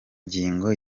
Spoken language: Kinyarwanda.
ngingo